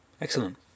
Excellent